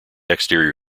exterior